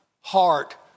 heart